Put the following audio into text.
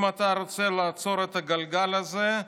אם אתה רוצה לעצור את הגלגל הזה,